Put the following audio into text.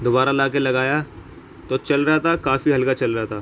دوبارہ لا کے لگایا تو چل رہا تھا کافی ہلکا چل رہا تھا